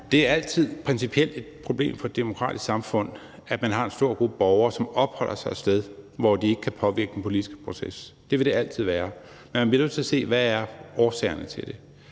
Det er principielt set altid et problem for et demokratisk samfund, at man har en stor gruppe borgere, som opholder sig et sted, hvor de ikke kan påvirke den politiske proces – det vil det altid være. Men man bliver nødt til at se på, hvad årsagerne til det